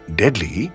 deadly